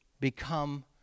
become